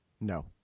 No